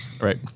Right